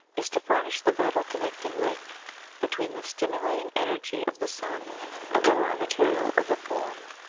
is to furnish the vital connecting link between the stimulating energy of the sun and the raw material of the form.